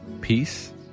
peace